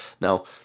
now